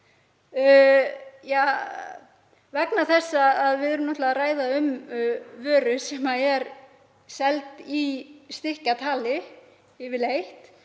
vegna þess að við erum að ræða um vöru sem er seld í stykkjatali yfirleitt.